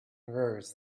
rows